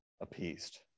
appeased